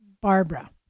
Barbara